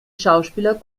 schauspieler